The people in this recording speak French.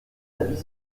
l’avis